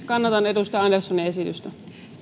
kannatan edustaja anderssonin esitystä